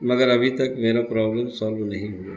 مگر ابھی تک میرا پرابلم سالو نہیں ہوا